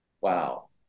Wow